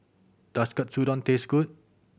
does Katsudon taste good